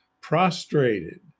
Prostrated